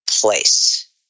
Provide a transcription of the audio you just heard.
place